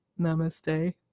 Namaste